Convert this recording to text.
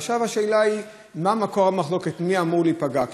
ועכשיו, השאלה היא מקור המחלוקת, מי אמור להיפגע.